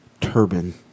turban